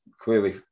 clearly